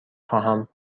خواهم